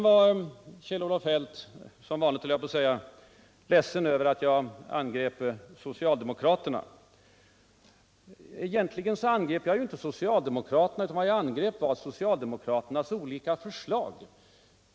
Kjell-Olof Feldt var som vanligt — höll jag på att säga - ledsen över att jag angrep socialdemokraterna. Egentligen gjorde jag inte det, utan jag angrep deras olika förslag.